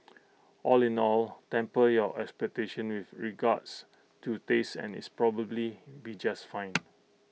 all in all temper your expectations with regards to taste and it's probably be just fine